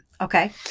Okay